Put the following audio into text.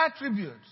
attributes